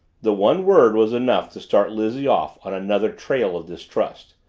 the one word was enough to start lizzie off on another trail of distrust.